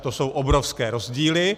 To jsou obrovské rozdíly.